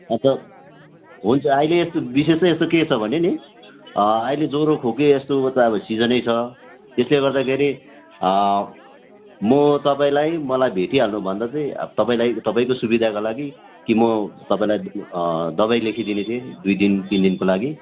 मतलब हुन्छ अहिले यस्तो विशेष यस्तो के छ भने नि अहिले ज्वरो खोकी यस्तोको त अब सिजनै छ त्यसले गर्दाखेरि म तपाईँलाई मलाई भेटिहाल्नुभन्दा चाहिँ तपाईँको सुविधाको लागि कि म तपाईँलाई दबाई लेखिदिने थिएँ दुई दिन तिन दिनको लागि